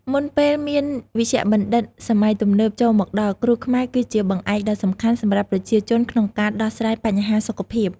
មុនពេលមានវេជ្ជសាស្ត្រសម័យទំនើបចូលមកដល់ គ្រូខ្មែរគឺជាបង្អែកដ៏សំខាន់សម្រាប់ប្រជាជនក្នុងការដោះស្រាយបញ្ហាសុខភាព។